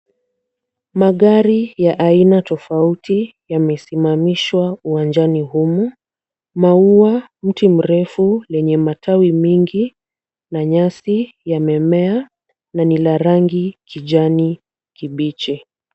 Magari ya aina tofauti yamesimamishwa uwanjani humu. Maua mti mrefu lenye matawi mingi na nyasi yamemea na ni la rangi kijani kibichi.